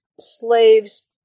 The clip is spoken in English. slaves